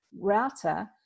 router